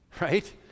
right